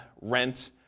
rent